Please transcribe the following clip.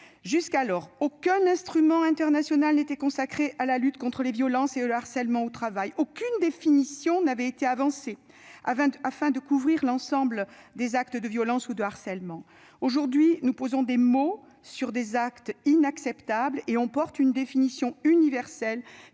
n'existait aucun instrument international consacré à la lutte contre les violences et le harcèlement au travail. Aucune définition n'avait été proposée pour couvrir l'ensemble des actes de violence ou de harcèlement. Aujourd'hui, nous posons des mots sur des actes inacceptables, et nous adoptons une définition universelle,